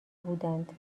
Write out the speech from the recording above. بودند